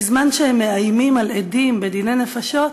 בזמן שהם מאיימים על עדים בדיני נפשות,